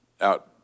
out